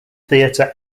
theatre